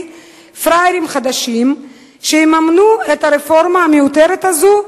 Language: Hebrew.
פראיירים חדשים שיממנו את הרפורמה המיותרת הזאת.